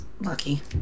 Lucky